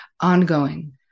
ongoing